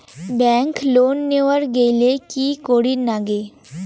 Bank loan নেওয়ার গেইলে কি করীর নাগে?